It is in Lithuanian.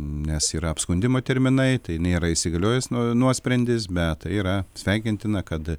nes yra apskundimo terminai tai nėra įsigaliojęs nuo nuosprendis bet tai yra sveikintina kad